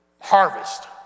harvest